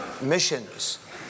Missions